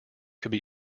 could